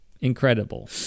incredible